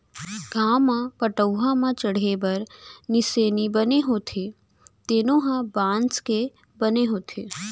गाँव म पटअउहा म चड़हे बर निसेनी बने होथे तेनो ह बांस के बने होथे